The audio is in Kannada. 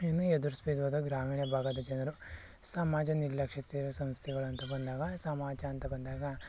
ಇನ್ನು ಎದುರ್ಸ್ಬೇಕಾದ ಗ್ರಾಮೀಣ ಭಾಗದ ಜನರು ಸಮಾಜ ನಿರ್ಲಕ್ಷಿಸಿರುವ ಸಮಸ್ಯೆಗಳು ಅಂತ ಬಂದಾಗ ಸಮಾಜ ಅಂತ ಬಂದಾಗ